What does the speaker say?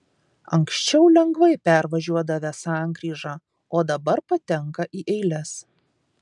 anksčiau lengvai pervažiuodavę sankryžą o dabar patenka į eiles